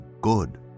good